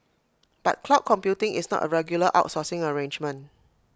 but cloud computing is not A regular outsourcing arrangement